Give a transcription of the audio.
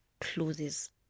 closes